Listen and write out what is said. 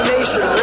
Nation